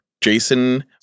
Jason